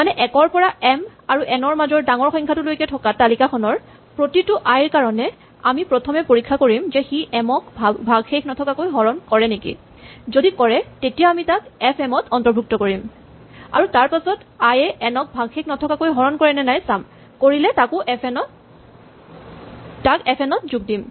মানে ১ ৰ পৰা এম আৰু এন ৰ মাজৰ ডাঙৰ সংখ্যাটোলৈকে থকা তালিকাখনৰ প্ৰতিটো আই ৰ কাৰণে আমি প্ৰথমে পৰীক্ষা কৰিম যে সি এম ক ভাগশেষ নথকাকৈ হৰণ কৰে নেকি যদি কৰে তেতিয়া তাক এফ এম ত অৰ্ন্তভুক্ত কৰিম আৰু তাৰপাছত আই এ এনক ভাগশেষ নথকাকৈ হৰণ কৰেনে নাই চাম কৰিলে তাক এফ এন ত যোগ দিম